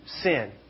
sin